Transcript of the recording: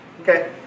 Okay